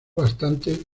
bastante